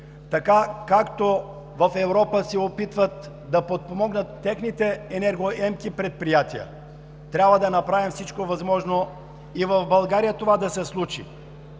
както в Европа се опитват да подпомогнат техните енергоемки предприятия, трябва да направим всичко възможно и в България това да се случи.